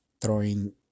throwing